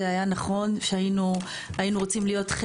זה היה נכון שהיינו רוצים להיות,